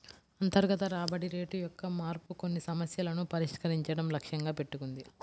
అంతర్గత రాబడి రేటు యొక్క మార్పు కొన్ని సమస్యలను పరిష్కరించడం లక్ష్యంగా పెట్టుకుంది